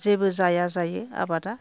जेबो जाया जायो आबादआ